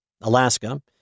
Alaska